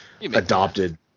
adopted